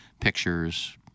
Pictures